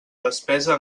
despesa